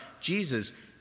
Jesus